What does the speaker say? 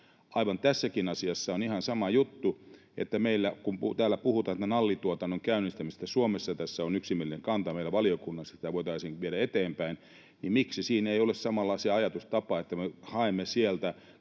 Tässäkin asiassa on ihan sama juttu, että kun täällä puhutaan nallituotannon käynnistämisestä Suomessa ja tässä on yksimielinen kanta meillä valiokunnassa, että sitä voitaisiin viedä eteenpäin, niin miksi siinä ei ole samanlaista ajatustapaa, että me haemme sieltä